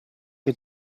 che